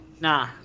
Nah